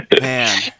Man